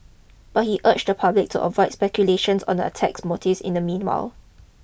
but he urged the public to avoid speculations on the attacker's motives in the meanwhile